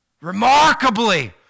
Remarkably